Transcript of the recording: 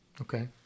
okay